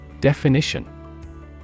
Definition